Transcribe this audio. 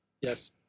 Yes